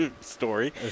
story